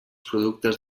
productes